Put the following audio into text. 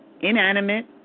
inanimate